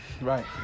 Right